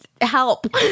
help